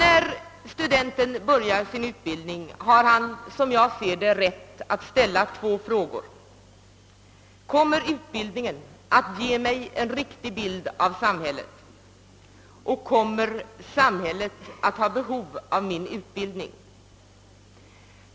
När studenten börjar sin utbildning har han enligt min uppfattning rätt att ställa två frågor: Kommer utbildningen att ge mig en riktig bild av samhället? Kommer samhället att ha behov av min utbildning?